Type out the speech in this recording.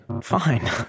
Fine